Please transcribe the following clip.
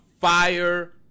fire